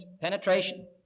penetration